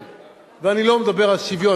ואני לא מדבר על שוויון,